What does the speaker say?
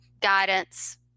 guidance